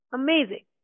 amazing